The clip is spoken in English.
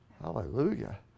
hallelujah